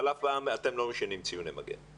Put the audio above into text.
אבל אתם אף פעם לא משנים ציוני מגן.